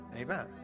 Amen